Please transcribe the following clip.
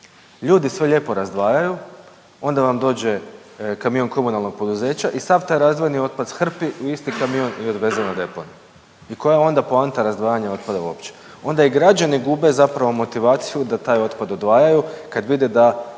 Ljudi sve lijepo razdvajaju onda vam dođe kamion komunalnog poduzeća i sav taj razdvojeni otpad shrpi u isti kamion i odveze na deponiju. I koja je onda poanta razdvajanja otpada uopće? Onda i građani gube zapravo motivaciju da taj otpad odvajaju kad vide da